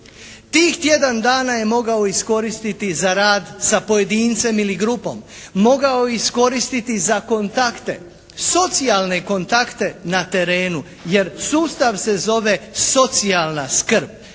Tih tjedan dana je mogao iskoristiti za rad sa pojedincem ili grupom. Mogao je iskoristiti za kontakte, socijalne kontakte na terenu. Jer sustav se zove socijalna skrb.